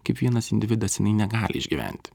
kiekvienas individas negali išgyventi